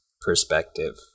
perspective